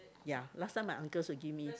ya last time my uncles will give me